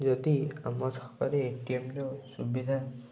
ଯଦି ଆମ ଛକ ରେ ଏଟିଏମର ସୁବିଧା